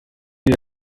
dir